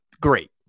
great